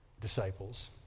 disciples